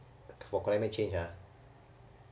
climate change ah